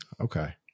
Okay